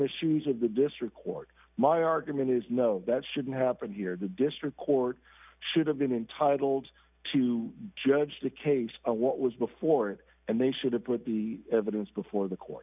the shoes of the district court my argument is no that shouldn't happen here the district court should have been entitled to judge the case what was before it and they should have put the evidence before the court